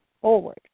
forward